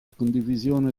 condivisione